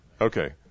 okay